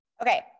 Okay